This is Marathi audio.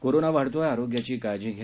कोरोना वाढतोय आरोग्याची काळजी घ्या